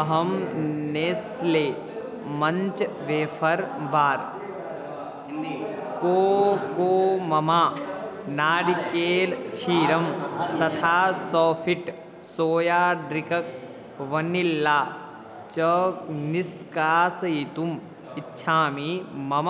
अहं Nestle Munch wafer bar cocoa मम नारिकेलक्षीरं तथा सोफ़िट् सोया ड्रिक वनिल्ला च निष्कासितुम् इच्छामि मम